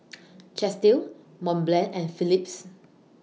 Chesdale Mont Blanc and Phillips